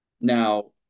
Now